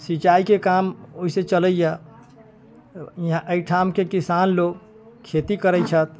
सिचाइके काम ओहि से चलैया इहाँ एहिठामके किसान लोग खेती करैत छथि